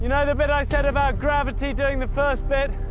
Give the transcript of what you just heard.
you know the bit i said about gravity doing the first bit?